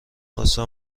واسه